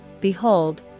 behold